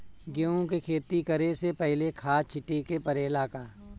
गेहू के खेती करे से पहिले खाद छिटे के परेला का?